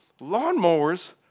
Lawnmowers